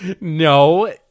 No